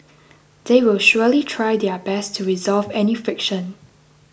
they will surely try their best to resolve any friction